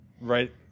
right